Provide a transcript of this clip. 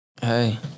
Hey